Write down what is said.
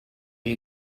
you